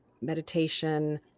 meditation